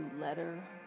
letter